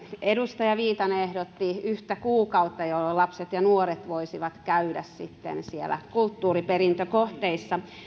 edustaja viitanen ehdotti yhtä kuukautta jolloin lapset ja nuoret voisivat sitten käydä siellä kulttuuriperintökohteissa